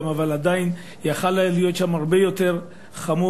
אבל עדיין היה יכול להיות שם הרבה יותר חמור.